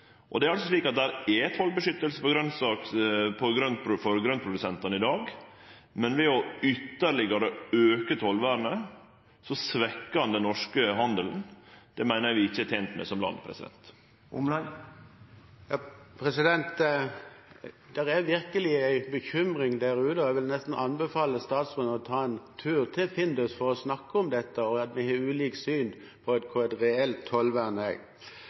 Det er altså tollbeskyttelse for grøntprodusentane i dag, men ved ytterlegare å auke tollvernet svekkjer ein den norske handelen, og det meiner eg vi ikkje er tent med som land. Det er virkelig en bekymring der ute, og jeg vil nesten anbefale statsråden å ta en tur til Findus for å snakke om dette, og at vi har ulikt syn på hva et reelt